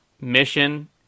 mission